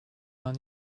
man